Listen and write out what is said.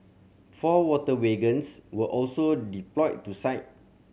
four water wagons were also deployed to site